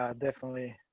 um definitely.